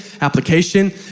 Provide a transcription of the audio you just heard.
Application